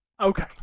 Okay